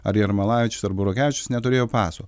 ar jermalavičius ar burokevičius neturėjo paso